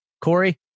Corey